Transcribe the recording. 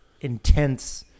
intense